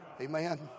Amen